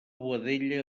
boadella